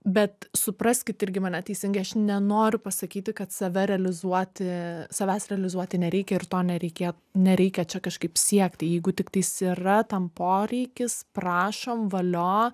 bet supraskit irgi mane teisingai aš nenoriu pasakyti kad save realizuoti savęs realizuoti nereikia ir to nereikė nereikia čia kažkaip siekti jeigu tiktais yra tam poreikis prašom valio